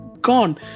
gone